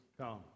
come